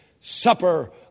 supper